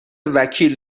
وکیل